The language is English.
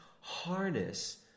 Harness